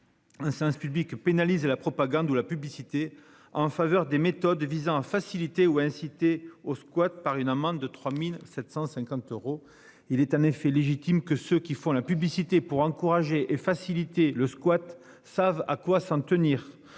Un service public pénalise la propagande ou la publicité en faveur des méthodes visant à faciliter ou inciter au squat par une amende de 3750 euros. Il est en effet légitime que ceux qui font la publicité pour encourager et faciliter le squat savent à quoi s'en tenir.